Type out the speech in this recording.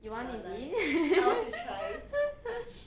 you want is it